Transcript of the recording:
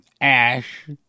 ash